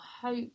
hope